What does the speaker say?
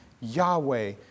Yahweh